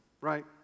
right